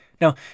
Now